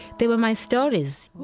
they were my stories